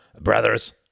Brothers